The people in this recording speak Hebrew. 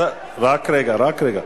רק רגע, רק רגע.